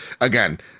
again